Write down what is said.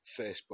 Facebook